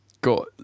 got